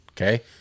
Okay